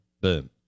boom